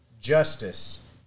justice